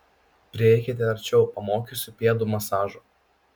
prieikite arčiau pamokysiu pėdų masažo